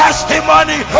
Testimony